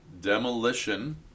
Demolition